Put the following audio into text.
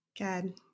Good